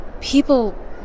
people